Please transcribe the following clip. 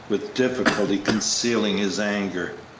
with difficulty concealing his anger.